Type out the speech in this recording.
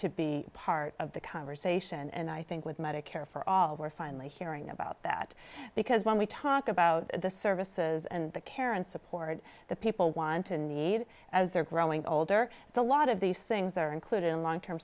to be part of the conversation and i think with medicare for all we're finally hearing about that because when we talk about the services and the care and support that people want and need as they're growing older it's a lot of these things that are included in long term